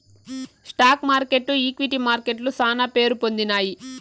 stock మార్కెట్లు equity మార్కెట్లు శానా పేరుపొందినాయి